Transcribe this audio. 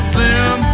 Slim